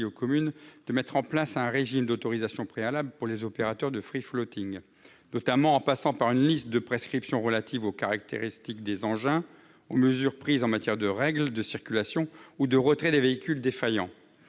possibilité de mettre en place un régime d'autorisation préalable pour les opérateurs de, notamment par le biais d'une liste de prescriptions relatives aux caractéristiques des engins et aux mesures prises en matière de règles de circulation ou de retrait des véhicules défaillants.